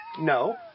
No